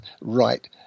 right